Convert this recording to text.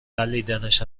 بلعیدنش